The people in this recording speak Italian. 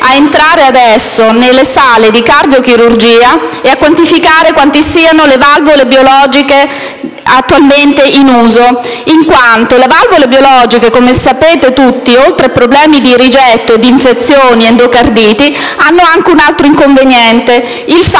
entrare adesso nelle sale di cardiochirurgia e a quantificare quante siano le valvole biologiche attualmente in uso. Le valvole biologiche, come sapete tutti, oltre a dare problemi di rigetto, infezioni e endocarditi, hanno anche un altro inconveniente: non